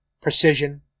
precision